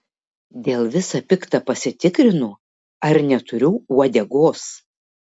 dėl visa pikta pasitikrinu ar neturiu uodegos